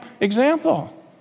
example